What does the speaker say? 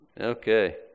Okay